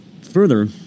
Further